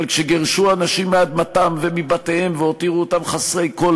אבל כשגירשו אנשים מאדמתם ומבתיהם והותירו אותם חסרי כול,